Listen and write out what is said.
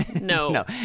No